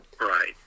Right